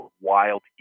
wild